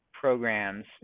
Programs